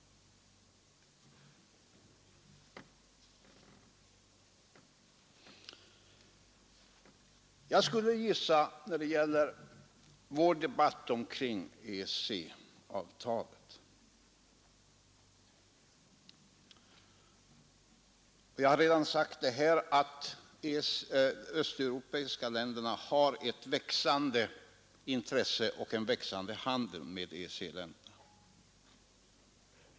Vad sedan beträffar vår debatt kring EEC-avtalet skulle jag gissa — och det har jag sagt redan tidigare — att de östeuropeiska länderna har ett växande intresse av en ökad handel med EEC-länderna.